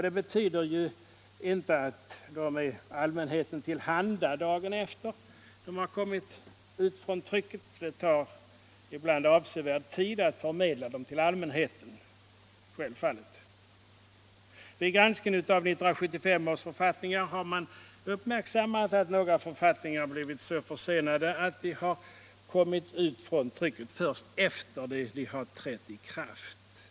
Det betyder ju inte att författningarna är allmänheten till handa dagen efter den då de kommit ut från trycket — det tar självfallet ibland avsevärd tid att förmedla dem till allmänheten. Vid granskningen av 1975 års författningar har utskottet uppmärksammat att några författningar har blivit så försenade att de kommit ut från trycket först efter det att de trätt i kraft.